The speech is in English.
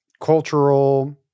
cultural